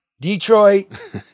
Detroit